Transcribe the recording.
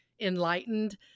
enlightened